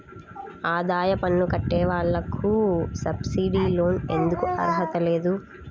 ఆదాయ పన్ను కట్టే వాళ్లకు సబ్సిడీ లోన్ ఎందుకు అర్హత లేదు?